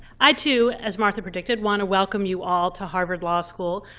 i too, as martha predicted, want to welcome you all to harvard law school.